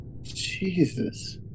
Jesus